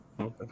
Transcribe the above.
Okay